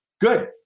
good